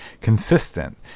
consistent